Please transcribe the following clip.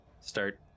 start